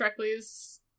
Shrekley's